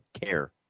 care